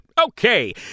Okay